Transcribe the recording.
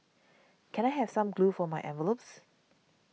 can I have some glue for my envelopes